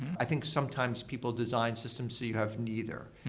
i think sometimes people design systems so you have neither.